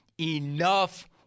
enough